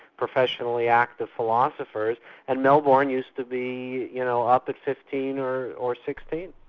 professionally active philosophers and melbourne used to be you know upper fifteen or or sixteen.